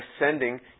ascending